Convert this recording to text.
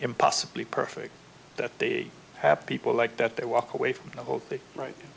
impossibly perfect that they have people like that they walk away from the whole thing right